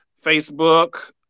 Facebook